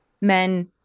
men